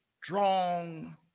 strong